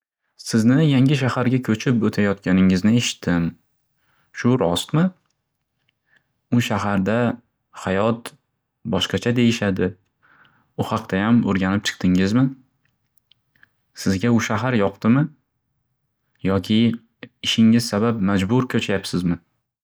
Sizni yangi shaharga ko'chib o'tayotganingizni eshitdim. Shu rostmi? U shaharda hayot boshqacha deyishadi. U haqdayam o'rganib chiqdingizmi? Sizga u shahar yoqdimi? Yoki ishingiz sabab majbur ko'chyabsizmi?